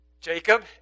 Jacob